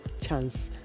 chance